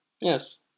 Yes